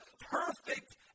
perfect